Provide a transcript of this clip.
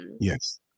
yes